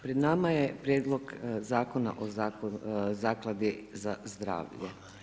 Pred nama je Prijedlog zakona o Zakladi za zdravlje.